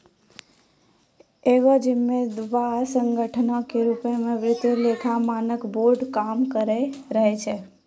एगो जिम्मेवार संगठनो के रुपो मे वित्तीय लेखा मानक बोर्ड काम करते रहै छै